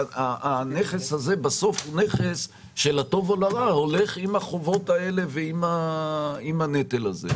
הנכס הזה בסוף הוא נכס שלטוב או לרע הולך עם החובות האלה ועם הנטל הזה.